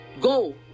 go